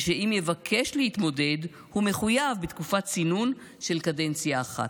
ושאם יבקש להתמודד הוא מחויב בתקופת צינון של קדנציה אחת.